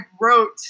wrote